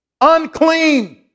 unclean